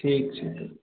ठीक छै